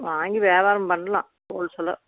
வாங்கி வியாபாரம் பண்ணலாம் ஹோல்சோல்லாக